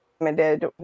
limited